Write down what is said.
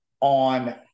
On